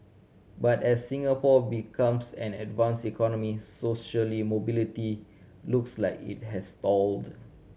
but as Singapore becomes an advanced economy socially mobility looks like it has stalled